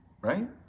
right